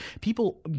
People